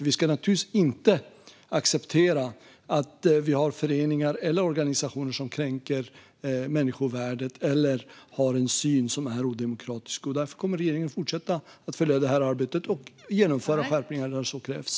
Vi ska naturligtvis inte acceptera att det finns föreningar eller organisationer som kränker människovärdet eller har en syn som är odemokratisk. Därför kommer regeringen att fortsätta följa detta arbete och genomföra skärpningar där så krävs.